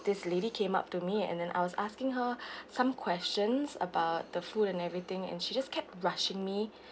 this lady came up to me and then I was asking her some questions about the food and everything and she just kept rushing me